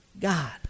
god